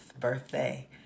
birthday